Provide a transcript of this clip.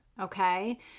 okay